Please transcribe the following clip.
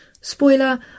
Spoiler